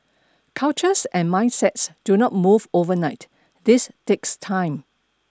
cultures and mindsets do not move overnight this takes time